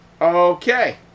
Okay